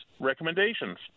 recommendations